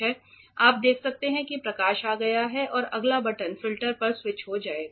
आप देख सकते हैं कि प्रकाश आ गया है और अगला बटन फ़िल्टर पर स्विच हो जाएगा